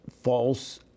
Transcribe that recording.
false